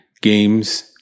games